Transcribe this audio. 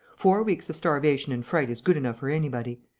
four weeks of starvation and fright is good enough for anybody.